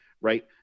right